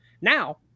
Now